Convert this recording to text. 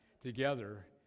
together